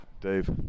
Dave